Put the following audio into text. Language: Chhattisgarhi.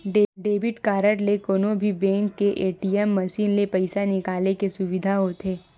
डेबिट कारड ले कोनो भी बेंक के ए.टी.एम मसीन ले पइसा निकाले के सुबिधा होथे